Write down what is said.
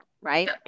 right